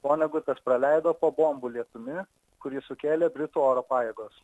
vonegutas praleido po bombų lietumi kurį sukėlė britų oro pajėgos